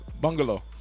Bungalow